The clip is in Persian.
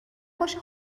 باشه